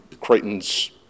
Creighton's